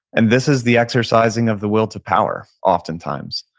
and this is the exercising of the will to power oftentimes.